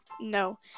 No